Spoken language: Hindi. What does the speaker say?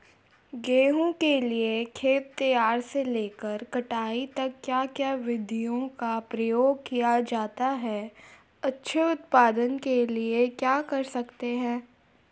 गेहूँ के लिए खेत तैयार से लेकर कटाई तक क्या क्या विधियों का प्रयोग किया जाता है अच्छे उत्पादन के लिए क्या कर सकते हैं?